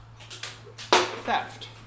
Theft